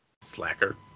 Slacker